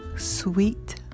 Sweet